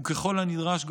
וככל הנדרש,